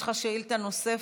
יש לך שאילתה נוספת,